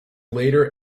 later